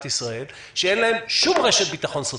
ישראל שאין להם שום רשת ביטחון סוציאלית.